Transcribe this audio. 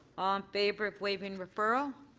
um favor of waiving referral.